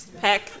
heck